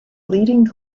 leading